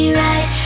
right